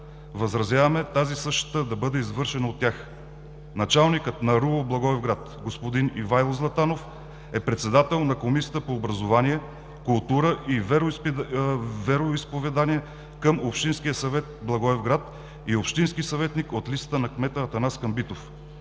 възразяваме същата да бъде извършена от тях. Началникът на РУО Благоевград господин Ивайло Златанов е председател на Комисията по образование, култура и вероизповедание към Общинския съвет Благоевград и е общински съветник от листата на кмета Атанас Камбитов.